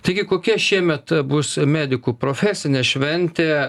taigi kokia šiemet bus medikų profesinė šventė